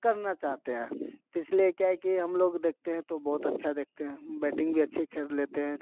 करना चाहते हैं तो इसलिए क्या है कि हम लोग देखते हैं तो बहुत अच्छा देखते हैं बैटिंग भी अच्छे कर लेते हैं